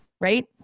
Right